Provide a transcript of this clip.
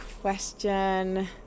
question